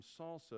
salsa